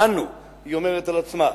"אנו" היא אומרת על עצמה,